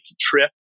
trip